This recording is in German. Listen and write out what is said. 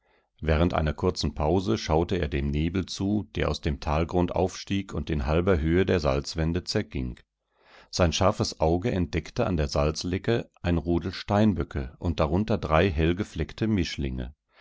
während einer kurzen pause schaute er dem nebel zu der aus dem talgrund aufstieg und in halber höhe der salzwände zerging sein scharfes auge entdeckte an der salzlecke ein rudel steinböcke und darunter drei hellgefleckte